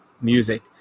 music